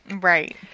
Right